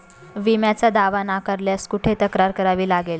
विम्याचा दावा नाकारल्यास कुठे तक्रार करावी लागेल?